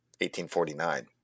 1849